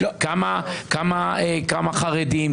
כמה חרדים,